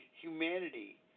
humanity